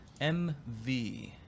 MV